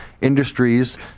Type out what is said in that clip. industries